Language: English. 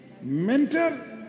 Mentor